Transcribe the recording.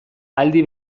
aldi